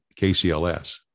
KCLS